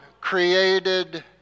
created